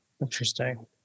Interesting